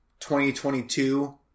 2022